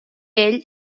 ell